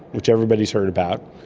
which everybody has heard about,